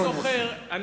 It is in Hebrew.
אני הופרעתי,